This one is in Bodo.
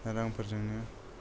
रांफोरजोंनो